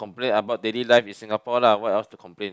complain about daily life is Singapore lah what else to complain